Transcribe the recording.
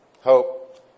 hope